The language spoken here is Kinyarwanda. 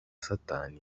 satani